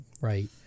right